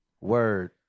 Word